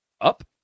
up